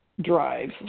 drive